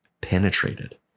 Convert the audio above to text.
penetrated